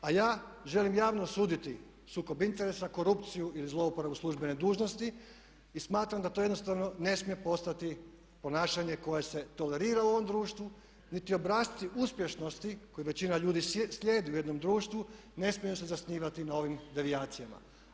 A ja želim javno osuditi sukob interesa, korupciju ili zlouporabu službene dužnosti i smatram da to jednostavno ne smije postati ponašanje koje se tolerira u ovom društvu, niti obrasci uspješnosti koji većina ljudi slijedi u jednom društvu, ne smiju se zasnivati na ovim devijacijama.